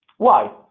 why?